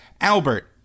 Albert